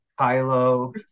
Kylo